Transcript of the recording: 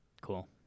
Cool